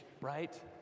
right